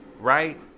right